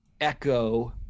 echo